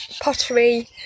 pottery